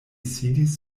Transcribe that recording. sidis